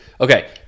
okay